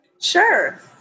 Sure